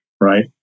right